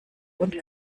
und